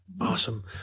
Awesome